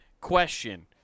Question